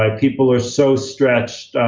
um people are so stretched.